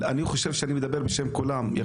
אני חושב שאני מדבר בשם כולם.